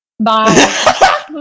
Bye